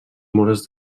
móres